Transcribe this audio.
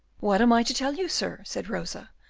what am i to tell you, sir, said rosa,